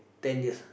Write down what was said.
ten years